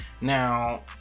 Now